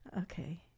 Okay